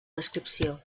descripció